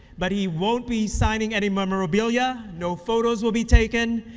but he won't be signing any memorabilia. no photos will be taken,